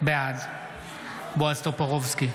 בעד בועז טופורובסקי,